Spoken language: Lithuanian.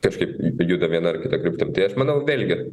kažkaip juda viena ar kita kryptim tai aš manau vėlgi